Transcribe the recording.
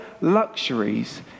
luxuries